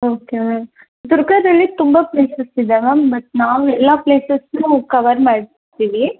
okay ma'am ದುರ್ಗದಲ್ಲಿ ತುಂಬ places ಇದೆ ಮ್ಯಾಮ್ ಬಟ್ ನಾವು ಎಲ್ಲ ಪ್ಲೇಸಸನ್ನೂ ಕವರ್ ಮಾಡ್ತೀವಿ